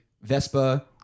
Vespa